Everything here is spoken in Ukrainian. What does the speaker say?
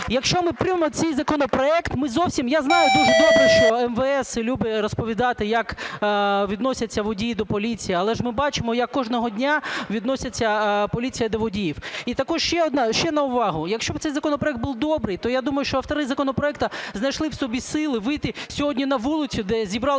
Якщо ми приймемо цей законопроект, ми зовсім… Я знаю, дуже добре, що МВС любить розповідати, як відносяться водії до поліції, але ж ми бачимо, як кожного дня відноситься поліція до водіїв. І також ще на увагу. Якщо б цей законопроект був добрий, то я думаю, що автори законопроекту знайшли б в собі сили вийти сьогодні на вулицю, де зібрались